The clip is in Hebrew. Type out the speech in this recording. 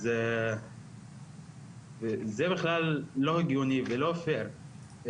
אז זה בכלל לא הגיוני ולא פייר,